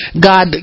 God